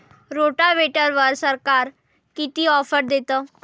रोटावेटरवर सरकार किती ऑफर देतं?